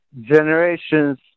generations